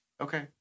okay